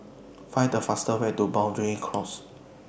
Find The fastest Way to Boundary Close